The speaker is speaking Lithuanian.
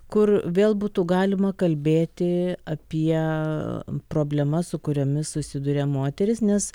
kur vėl būtų galima kalbėti apie problemas su kuriomis susiduria moterys nes